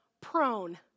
prone